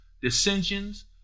Dissensions